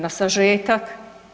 Na sažetak?